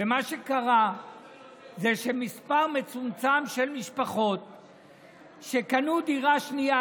מה שקרה זה שמספר מצומצם של משפחות שקנו דירה שנייה,